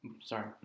Sorry